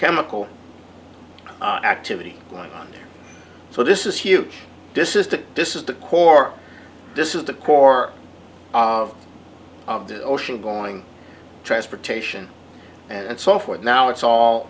chemical activity going on so this is huge this is the this is the core this is the core of of the ocean going transportation and so forth now it's